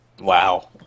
wow